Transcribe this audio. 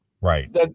Right